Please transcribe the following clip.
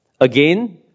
Again